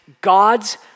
God's